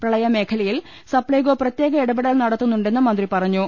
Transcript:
പ്രളയ മേഖലയിൽ സപ്പൈകോ പ്രത്യേക ഇടപെടൽ നടത്തുന്നുണ്ടെന്നും മന്ത്രി പറഞ്ഞു